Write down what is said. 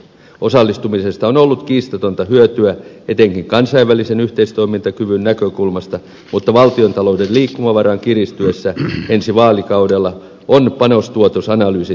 osallistumisesta on ollut kiistatonta hyötyä etenkin kansainvälisen yhteistoimintakyvyn näkökulmasta mutta valtiontalouden liikkumavaran kiristyessä ensi vaalikaudella on panostuotos analyysi tehtävä perinpohjaisesti